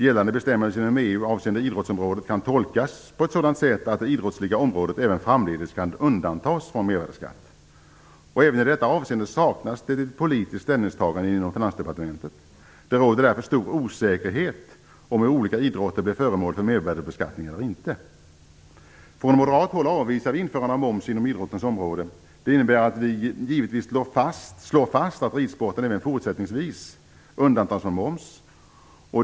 Gällande bestämmelser inom EU avseende idrottsområdet kan tolkas på ett sådant sätt att det idrottsliga området även framdeles kan undantas från mervärdesskatt. Även i detta avseende saknas det politiskt ställningstagande inom Finansdepartementet. Det råder därför stor osäkerhet om olika idrotter blir föremål för mervärdesbeskattning eller inte. Från moderat håll avvisar vi införande av moms inom idrottens område. Det innebär givetvis att vi slår fast att ridsporten även fortsättningsvis undantas från moms.